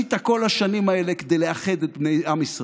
שעשית כל השנים האלה כדי לאחד את עם ישראל.